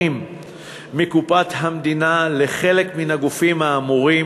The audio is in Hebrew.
מקופת המדינה לחלק מן הגופים האמורים,